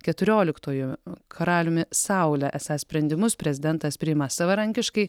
keturioliktuoju karaliumi saule esą sprendimus prezidentas priima savarankiškai